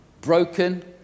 broken